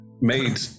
made